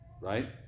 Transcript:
right